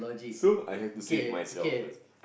so I have to save myself first